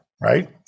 Right